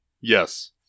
Yes